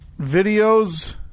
videos